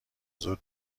زود